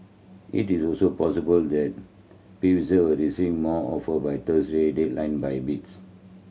it is also possible that Pfizer will receive more offer by Thursday deadline by bids